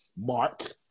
Mark